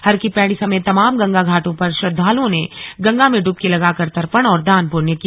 हरकी पैड़ी समते तमाम गंगा घाटों पर श्रद्वालुओं ने गंगा में ड्बकी लगाकर तर्पण और दान पुण्य किया